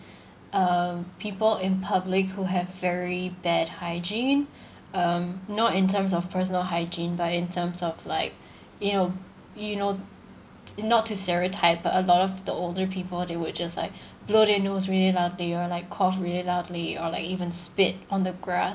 uh people in publics who have very bad hygiene um not in terms of personal hygiene but in terms of like you know you know not to stereotype but a lot of the older people they would just like blow their nose really loudly or like cough really loudly or like even spit on the